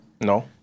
No